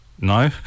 No